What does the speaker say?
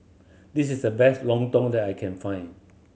this is the best lontong that I can find